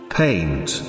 paint